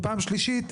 ופעם שלישית,